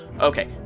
Okay